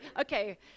Okay